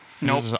Nope